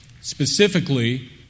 specifically